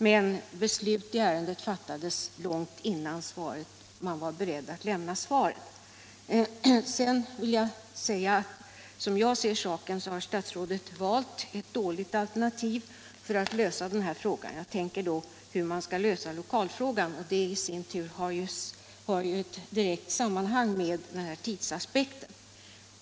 Men beslut i ärendet fattades långt innan man var beredd att lämna svaret. Som jag ser saken har statsrådet valt ett dåligt alternativ för att lösa detta; jag tänker på hur man skall lösa lokalfrågan. Det har ju i sin tur ett direkt samband med tidsaspekten.